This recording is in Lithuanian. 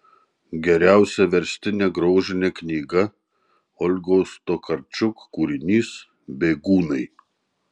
geriausia verstine grožine knyga olgos tokarčuk kūrinys bėgūnai